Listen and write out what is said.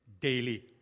daily